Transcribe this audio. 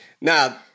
now